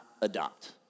adopt